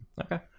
Okay